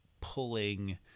pulling